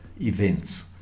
events